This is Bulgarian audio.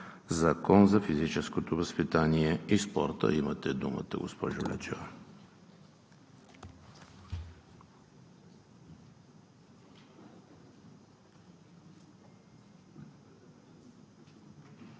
Закон за физическото възпитание и спорта. Имате думата, госпожо Лечева.